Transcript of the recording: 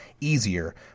easier